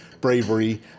bravery